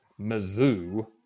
mizzou